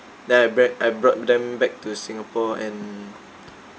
then I brac~ I brought them back to singapore and